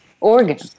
organ